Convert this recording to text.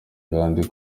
kandi